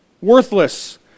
Worthless